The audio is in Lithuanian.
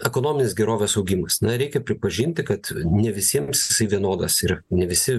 ekonominės gerovės augimas na reikia pripažinti kad ne visiems vienodas ir ne visi